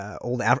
old